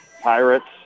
Pirates